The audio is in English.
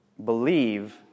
Believe